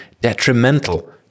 detrimental